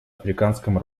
африканском